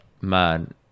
man